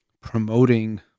promoting